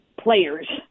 players